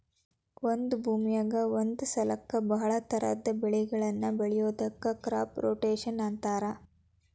ಒಂದ ಭೂಮಿಯಾಗ ಒಂದ ಸಲಕ್ಕ ಬಹಳ ತರಹದ ಬೆಳಿಗಳನ್ನ ಬೆಳಿಯೋದಕ್ಕ ಕ್ರಾಪ್ ರೊಟೇಷನ್ ಅಂತಾರ